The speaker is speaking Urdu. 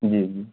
جی جی